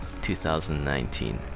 2019